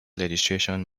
litigation